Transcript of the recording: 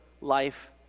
life